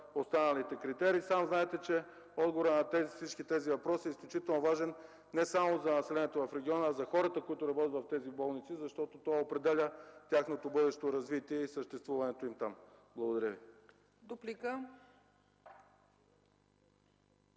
останалите критерии. Сам знаете, че отговорът на всички тези въпроси е изключително важен не само за населението в региона, но и за хората, които работят в тези болници, защото той определя тяхното бъдещо развитие и съществуването им там. Благодаря Ви.